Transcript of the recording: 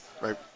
right